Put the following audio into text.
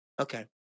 Okay